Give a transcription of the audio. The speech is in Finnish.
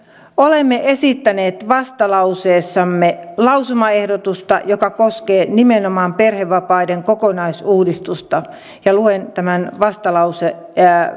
olemme esittäneet vastalauseessamme lausumaehdotusta joka koskee nimenomaan perhevapaiden kokonaisuudistusta luen tämän